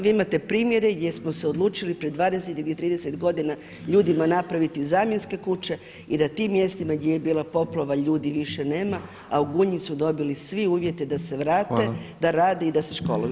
Vi imate primjere gdje smo se odlučili pred 20 ili 30 godina ljudima napraviti zamjenske kuće i da tim mjestima gdje je bila poplava ljudi više nema, a u Gunji su dobili svi uvjete da se vrate, da rade i da se školuju.